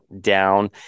down